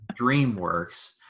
DreamWorks